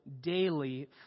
daily